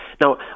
Now